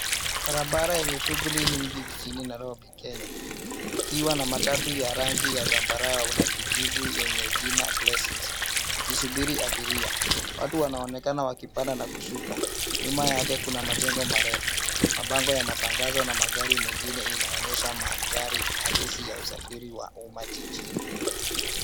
Barabara yenye shughuli nyingi jijini Nairobi Kenya ikiwa na matatu ya rangi ya zambarau na kijivu yenye jina blessings ikisubiri abiria. Watu wanaonekana wakipanda na kushuka. Nyuma yake kuna majengo marefu, mabango ya matangazo na magari mengine inaonyesha magari halisi ya usafiri wa uma jijini.